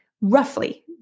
roughly